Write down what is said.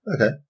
Okay